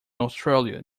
australia